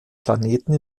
planeten